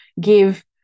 give